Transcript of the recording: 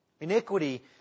Iniquity